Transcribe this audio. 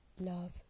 love